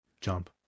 jump